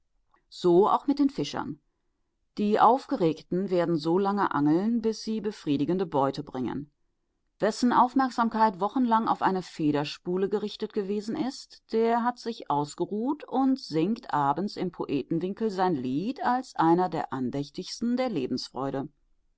so auch mit den fischern die aufgeregten werden so lange angeln bis sie befriedigende beute bringen wessen aufmerksamkeit wochenlang auf eine federspule gerichtet gewesen ist der hat sich ausgeruht und singt abends im poetenwinkel sein lied als einer der andächtigsten der lebensfreude